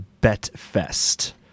Bet-Fest